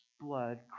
Blood